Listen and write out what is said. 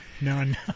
None